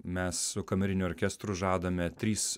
mes su kameriniu orkestru žadame trys